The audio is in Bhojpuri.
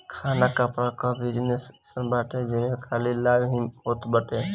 खाना कपड़ा कअ बिजनेस अइसन बाटे जेमे खाली लाभ ही होत बाटे